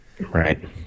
right